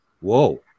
Whoa